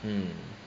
mm